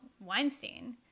Weinstein